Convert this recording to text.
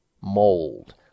mold